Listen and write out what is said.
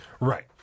Right